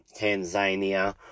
Tanzania